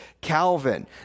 Calvin